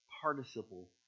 participle